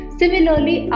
similarly